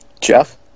Jeff